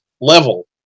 level